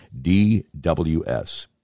DWS